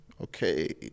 okay